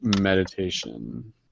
meditation